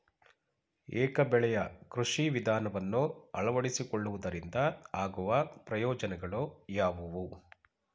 ಏಕ ಬೆಳೆಯ ಕೃಷಿ ವಿಧಾನವನ್ನು ಅಳವಡಿಸಿಕೊಳ್ಳುವುದರಿಂದ ಆಗುವ ಪ್ರಯೋಜನಗಳು ಯಾವುವು?